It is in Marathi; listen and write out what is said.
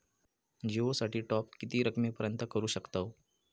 जिओ साठी टॉप किती रकमेपर्यंत करू शकतव?